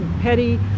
petty